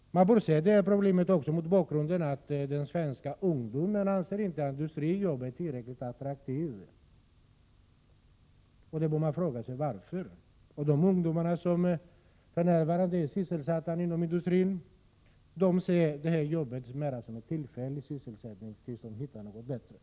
Man bör också se problemet mot bakgrund av att den svenska ungdomen inte anser att industriarbete är tillräckligt attraktivt. Vi bör fråga oss varför. De ungdomar som för närvarande är sysselsatta inom industrin ser det arbetet mer som en tillfällig sysselsättning till dess att de hittar något bättre.